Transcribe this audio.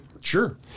Sure